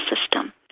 system